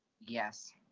Yes